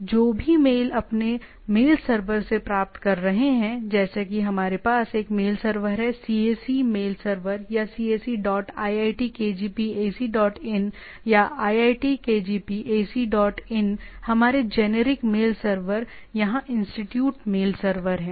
तो आप जो भी मेल अपने मेल सर्वर से प्राप्त कर रहे हैं जैसे कि हमारे पास एक मेल सर्वर है CAC मेल सर्वर या cac dot iitkgp AC dot in या iitkgp एसी डॉट इन हमारे जेनेरिक मेल सर्वर यहाँ इंस्टीट्यूट मेल सर्वर है